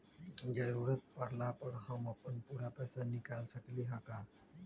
जरूरत परला पर हम अपन पूरा पैसा निकाल सकली ह का?